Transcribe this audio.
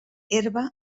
herba